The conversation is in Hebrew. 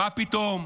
מה פתאום.